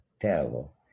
terrible